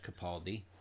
Capaldi